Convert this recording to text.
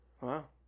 Wow